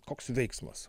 koks veiksmas